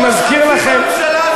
תתייחס לזה.